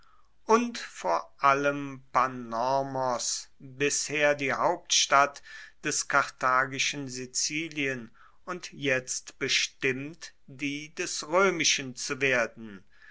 und vor allem panormos bisher die hauptstadt des karthagischen sizilien und jetzt bestimmt die des roemischen zu werden